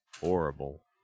Horrible